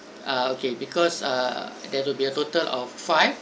uh okay because uh there will be a total of five